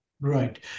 Right